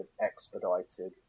expedited